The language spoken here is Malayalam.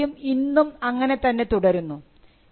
ആ ദൌത്യം ഇന്നും അങ്ങനെ തന്നെ തുടരുന്നു